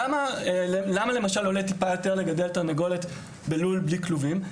למה למשל עולה טיפה יותר לגדל תרנגולת בלול בלי כלובים?